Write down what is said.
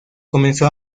comenzó